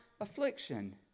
affliction